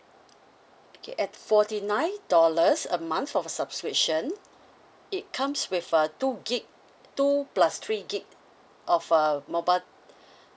okay at forty nine dollars a month for subscription it comes with a two gig two plus three gig of uh mobile